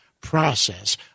process